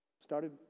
Started